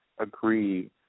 agree